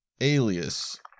alias